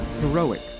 heroic